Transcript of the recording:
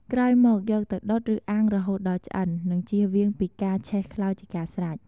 ក្រោយមកយកទៅដុតឬអាំងរហូតដល់ឆ្អិន និងជៀសវាងពីការឆេះខ្លោចជាការស្រេច។